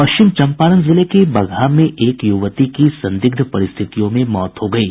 पश्चिम चंपारण जिले के बगहा में एक युवती की संदिग्ध परिस्थितियों में मौत हो गयी